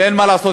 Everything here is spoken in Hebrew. ואין מה לעשות,